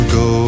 go